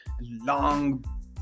long